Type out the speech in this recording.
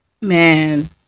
man